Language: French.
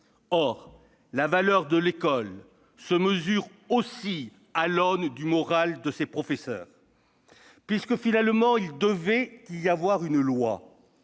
Or la valeur de l'école se mesure aussi à l'aune du moral de ses professeurs. Puisqu'il devait finalement y avoir une loi,